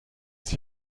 sich